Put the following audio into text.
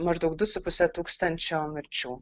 maždaug du su puse tūkstančio mirčių